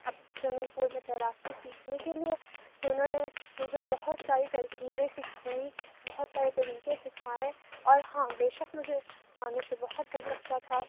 اب swimming pool میں تیراکی سیکھنے کے لیے تو اُنہوں نے مجھے بہت ساری ترکیبیں سکھائیں بہت سارے طریقے سکھائے اور ہاں بے شک مجھے پانی سے بہت ڈر لگتا تھا